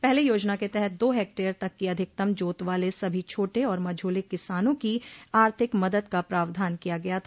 पहले योजना के तहत दो हेक्टेयर तक की अधिकतम जोत वाले सभी छोटे और मझोले किसानों की आर्थिक मदद का प्रावधान किया गया था